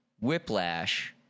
whiplash